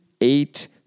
eight